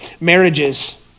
marriages